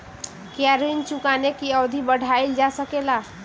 क्या ऋण चुकाने की अवधि बढ़ाईल जा सकेला?